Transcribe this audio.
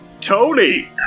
Tony